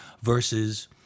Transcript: versus